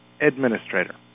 Administrator